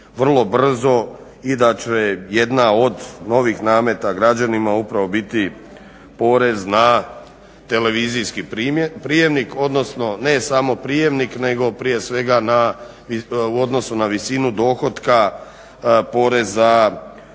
vrlo brzo i da će jedna od novih nameta građanima upravo biti porez na televizijski prijemnik odnosno ne samo prijemnik nego prije svega u odnosu na visinu dohotka poreza